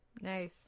Nice